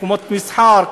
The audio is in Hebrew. מקומות מסחר,